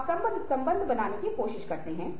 अन्य पार्टी में निर्णय लेने वाले कौन हैं